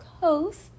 Coast